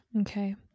okay